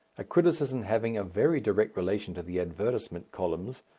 a criticism having a very direct relation to the advertisement columns,